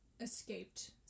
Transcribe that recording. escaped